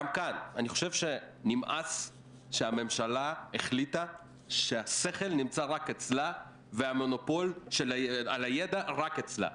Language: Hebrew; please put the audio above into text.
גם כאן נמאס שהממשלה החליטה שהשכל והמונופול על הידע נמצאים רק אצלה.